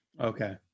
Okay